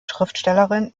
schriftstellerin